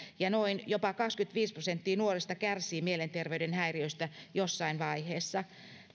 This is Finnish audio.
ja noin jopa kaksikymmentäviisi prosenttia nuorista kärsii mielenterveydenhäiriöistä jossain vaiheessa